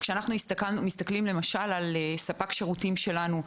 אנחנו מסתכלים על ספק שירותים שלנו,